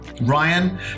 Ryan